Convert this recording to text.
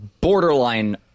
borderline